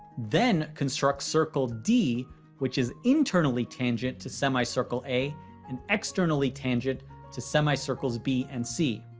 then construct circle d which is internally tangent to semicircle a and externally tangent to semicircles b and c.